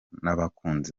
n’abakunzi